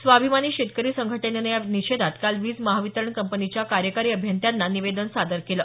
स्वाभिमानी शेतकरी संघटनेनं या निषेधात काल वीज महावितरण कंपनीच्या कार्यकारी अभियंत्यांना निवेदन सादर केलं